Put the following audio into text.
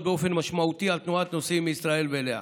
באופן משמעותי על תנועת נוסעים מישראל ואליה.